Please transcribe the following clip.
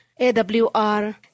AWR